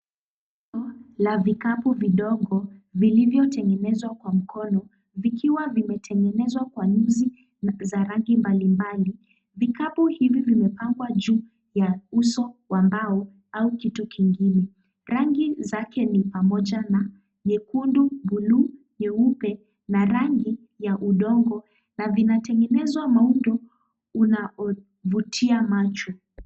Duka la vikapu vidogo vilivyo tengenezwa kwa mkono vikiwa vimetengenezwa kwa nyuzi za rangi mbalimbali. Vikapu hivi vimepangwa juu ya uso wa mbao au kitu kingine. Rangi zake ni pamoja na nyekundu, buluu, nyeupe na rangi ya udongo na vinatengenezwa maundo zinazo vutia macho.